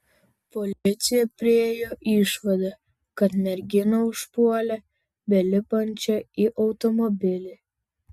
policija priėjo išvadą kad merginą užpuolė belipančią į automobilį